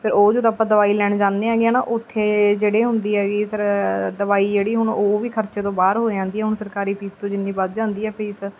ਫਿਰ ਉਹ ਜਦੋਂ ਆਪਾਂ ਦਵਾਈ ਲੈਣ ਜਾਂਦੇ ਆਗੇ ਆ ਨਾ ਉੱਥੇ ਜਿਹੜੇ ਹੁੰਦੀ ਹੈਗੀ ਸਰ ਦਵਾਈ ਜਿਹੜੀ ਹੁਣ ਉਹ ਵੀ ਖਰਚੇ ਤੋਂ ਬਾਹਰ ਹੋ ਜਾਂਦੀ ਹੈ ਹੁਣ ਸਰਕਾਰੀ ਫੀਸ ਤੋਂ ਜਿੰਨੀ ਵੱਧ ਜਾਂਦੀ ਹੈ ਫੀਸ